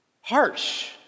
Harsh